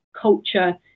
culture